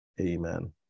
Amen